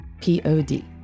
P-O-D